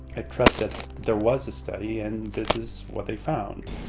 i trust that there was a study and this is what they found.